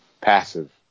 passive